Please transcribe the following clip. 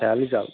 খেয়ালি জাল